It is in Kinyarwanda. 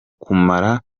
kumara